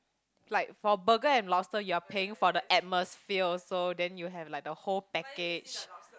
like for burger and lobster you are paying for the atmosphere also then you have like the whole package